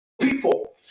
people